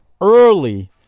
Early